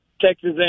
Texas